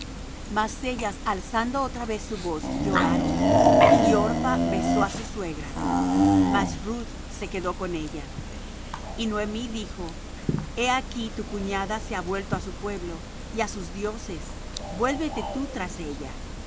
mas ellas alzando otra vez su voz lloraron y orpha besó á su suegra mas ruth se quedó con ella y noemi dijo he aquí tu cuñada se ha vuelto á su pueblo y á sus dioses vuélvete tú tras ella